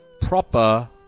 proper